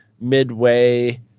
midway